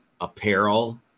apparel